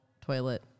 toilet